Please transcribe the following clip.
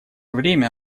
время